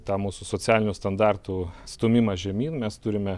tą mūsų socialinių standartų stūmimą žemyn mes turime